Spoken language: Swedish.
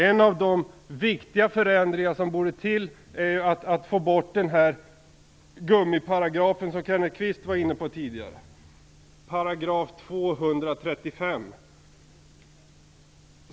En av de viktiga förändringar som borde till är att få bort den här gummiparagrafen, 235 §, som Kenneth Kvist var inne på tidigare.